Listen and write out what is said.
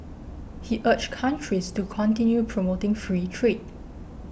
he urged countries to continue promoting free trade